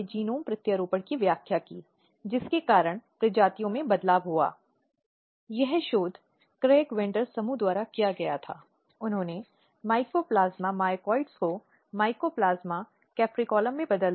जिस तरह से आरोपी ने उसके शरीर को फाड़ कर उस पर हमला किया वह कुछ ऐसा था जिसने समाज के सामूहिक विवेक को झकझोर दिया